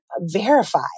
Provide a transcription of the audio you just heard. verify